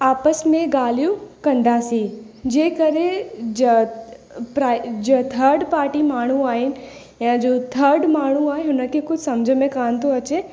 आपसि में ॻाल्हियूं कंदासीं जे करे थर्ड पार्टी माण्हू आहिनि या जो थर्ड माण्हू आहे हुन खे कुझु सम्झ में कान थो अचे